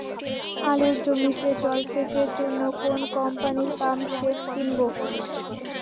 আলুর জমিতে জল সেচের জন্য কোন কোম্পানির পাম্পসেট কিনব?